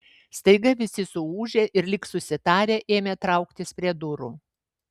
staiga visi suūžė ir lyg susitarę ėmė trauktis prie durų